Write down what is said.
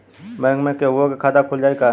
Bank में केहूओ के खाता खुल जाई का?